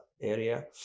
area